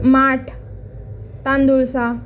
माठ तांदुळजा